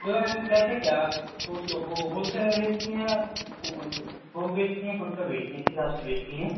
میم کیسے کیا فروٹ ہو ہول سیل میں بیچتی ہیں تھوک بیچتی ہیں یا پھوٹ پر بیچتی ہیں کس حساب سے بیچتی ہیں